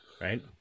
Right